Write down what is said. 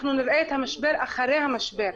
אנחנו נראה את המשבר אחרי המשבר.